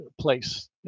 place